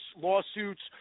lawsuits